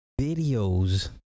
videos